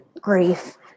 grief